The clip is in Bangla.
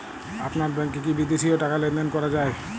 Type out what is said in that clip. আপনার ব্যাংকে কী বিদেশিও টাকা লেনদেন করা যায়?